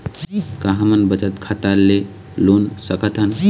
का हमन बचत खाता ले लोन सकथन?